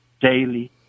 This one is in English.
Daily